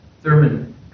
Thurman